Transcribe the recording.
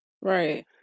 Right